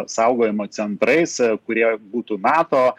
saugojimo centrais kurie būtų nato